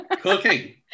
Cooking